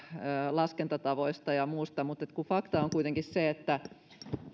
laskentatavoista ja muusta mutta kun fakta on kuitenkin se että